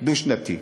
דו-שנתי.